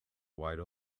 wide